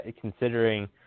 considering